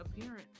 appearance